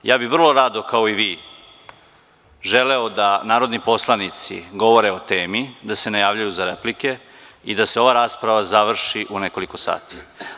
Ja bih vrlo rado, kao i vi, želeo da narodni poslanici govore o temi, da se ne javljaju za replike i da se ova rasprava završi u nekoliko sati.